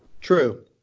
True